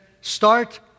start